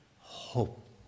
hope